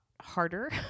harder